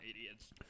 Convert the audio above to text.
idiots